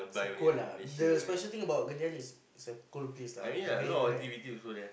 it's a cold lah the special thing about Genting-Highlands is a is a cold place lah very rare